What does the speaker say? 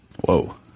Whoa